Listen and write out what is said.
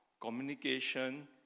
communication